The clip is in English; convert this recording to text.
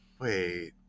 Wait